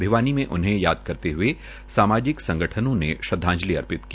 भिवानी में उनह याद करते हये सामाजिक संगठनों ने श्रदवाजंलि आर्पित की